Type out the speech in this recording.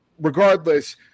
regardless